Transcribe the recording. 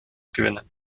gewinnen